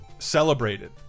celebrated